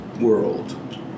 world